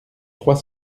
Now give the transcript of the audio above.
trois